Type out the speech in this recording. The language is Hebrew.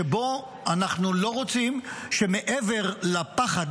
שבהם אנחנו לא רוצים שמעבר לפחד,